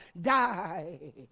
die